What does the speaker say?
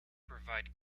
provide